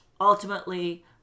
ultimately